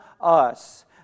us